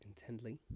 intently